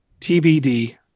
TBD